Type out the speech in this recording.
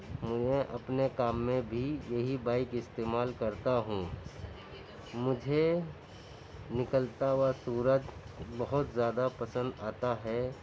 میرے اپنے کام میں بھی یہی بائک استعمال کرتا ہوں مجھے نکلتا ہوا سورج بہت زیادہ پسند آتا ہے